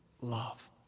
love